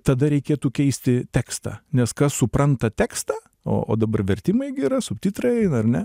tada reikėtų keisti tekstą nes kas supranta tekstą o o dabar vertimai gi yra subtitrai eina ar ne